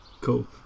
cool